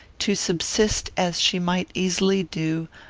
to subsist, as she might easily do,